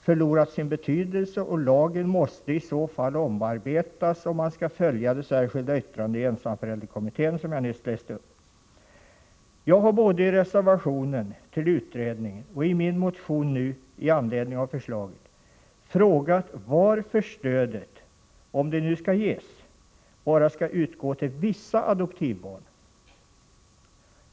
förlorat sin betydelse, och lagen måste iså fall omarbetas om man skall följa det särskilda yttrande i ensamförälderkommitténs betänkande som jag nyss läste upp. Jag har både i reservationen till utredningen och i min motion i anledning av förslaget frågat varför stödet — om det skall ges — bara skall utgå till vissa adoptivbarn.